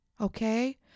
Okay